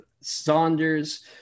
Saunders